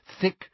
thick